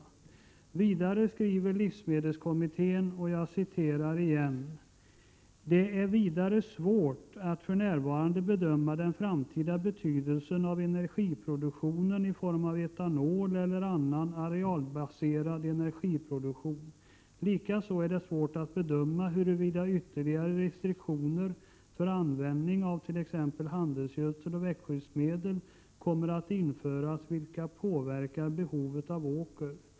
Vidare skriver livsmedelskommittén: ”Det är vidare svårt att f.n. bedöma den framtida betydelsen av energiproduktion” . ”Likaså är det svårt att bedöma huruvida ytterligare restriktioner för användning av t ex handelsgödsel och växtskyddsmedel kommer att införas, vilka påverkar behovet av åker.